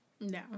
No